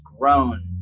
grown